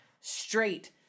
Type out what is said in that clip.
straight